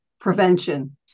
Prevention